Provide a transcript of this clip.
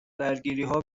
درگیریها